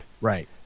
Right